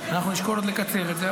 אנחנו נשקול עוד לקצר את זה,